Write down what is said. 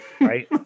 right